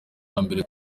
wambere